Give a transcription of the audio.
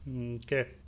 Okay